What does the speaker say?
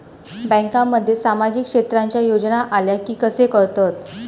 बँकांमध्ये सामाजिक क्षेत्रांच्या योजना आल्या की कसे कळतत?